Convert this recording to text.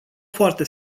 foarte